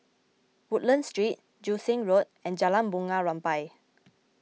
Woodlands Street Joo Seng Road and Jalan Bunga Rampai